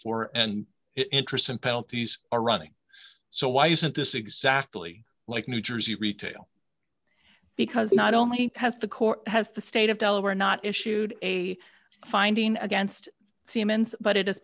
for and if interest and penalties are running so why isn't this exactly like new jersey at retail because not only has the court has the state of delaware not issued a finding against siemens but it is